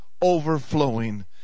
overflowing